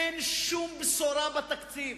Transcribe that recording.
אין שום בשורה בתקציב.